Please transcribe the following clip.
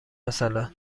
مثلا